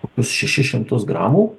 kokius šešis šimtus gramų